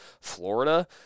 Florida